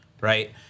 right